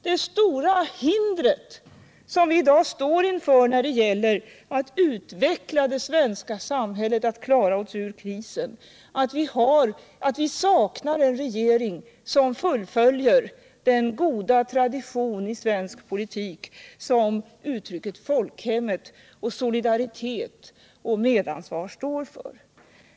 Det stora hinder som vi i dag står inför när det gäller att utveckla det svenska samhället och klara oss ur krisen är att vi inte har en regering som fullföljer den goda tradition i svensk politik som uttrycken ”folkhemmet”, ”solidaritet” och ”medansvar” står för.